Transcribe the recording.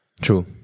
true